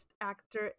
Actor